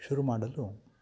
ಶುರು ಮಾಡಲು